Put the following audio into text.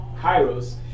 Kairos